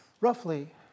roughly